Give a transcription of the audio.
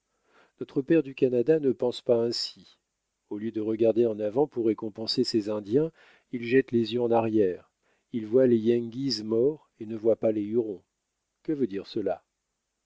notre père du canada ne pense pas ainsi au lieu de regarder en avant pour récompenser ses indiens il jette les yeux en arrière il voit les yengeese morts et ne voit pas les hurons que veut dire cela